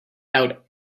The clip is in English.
out